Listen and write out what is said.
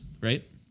right